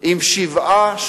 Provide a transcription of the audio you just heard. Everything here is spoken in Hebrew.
עם שבעה,